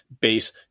base